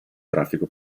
traffico